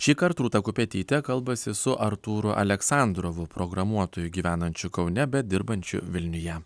šįkart rūta kupetytė kalbasi su artūru aleksandrovu programuotoju gyvenančiu kaune bet dirbančiu vilniuje